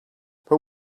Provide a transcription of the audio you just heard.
but